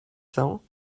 cents